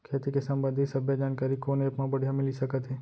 खेती के संबंधित सब्बे जानकारी कोन एप मा बढ़िया मिलिस सकत हे?